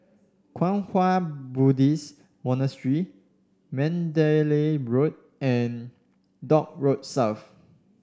Kwang Hua Buddhist Monastery Mandalay Road and Dock Road South